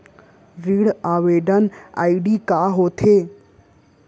ऋण आवेदन आई.डी का होत हे?